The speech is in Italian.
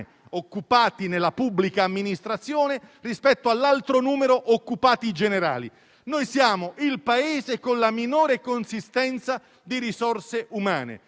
occupate nella pubblica amministrazione e numero di occupati generali. Noi siamo il Paese con la minore consistenza di risorse umane